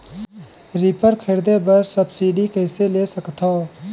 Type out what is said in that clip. Reaper खरीदे बर subsidy कइसे ले सकथव?